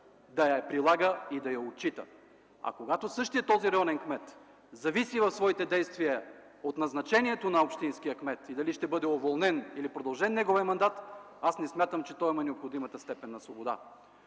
да я прилага и да я отчита, а когато същият този районен кмет зависи в своите действия от назначението на общинския кмет и дали ще бъде уволнен, или продължен неговият мандат, аз не смятам, че той има необходимата степен на свобода.